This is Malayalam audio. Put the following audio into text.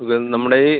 ഇത് നമ്മുടെ ഈ